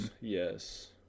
Yes